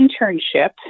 internship